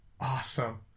awesome